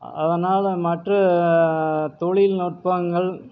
அதனால் மற்ற தொழில் நுட்பங்கள்